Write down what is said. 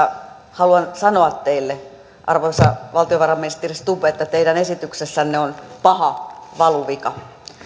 haluan sanoa teille arvoisa valtiovarainministeri stubb että teidän esityksessänne on paha valuvika ja